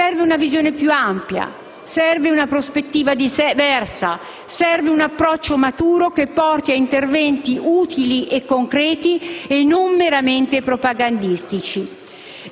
Serve una visione più ampia. Serve una prospettiva diversa. Serve un approccio maturo che porti ad interventi utili e concreti e non meramente propagandistici.